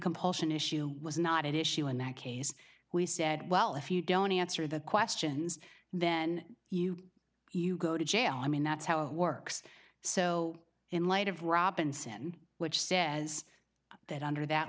compulsion issue was not an issue in that case we said well if you don't answer the questions then you you go to jail i mean that's how it works so in light of robinson which says that under that